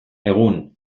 egun